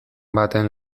baten